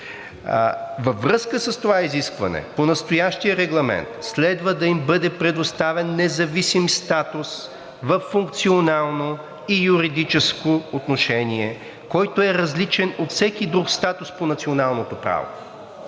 Във връзка с това изискване по настоящия Регламент следва да им бъде предоставен независим статус във функционално и юридическо отношение, който е различен от всеки друг статус по националното право.